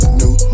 new